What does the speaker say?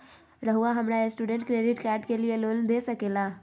रहुआ हमरा student credit card के लिए लोन दे सके ला?